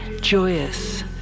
joyous